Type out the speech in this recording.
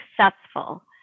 successful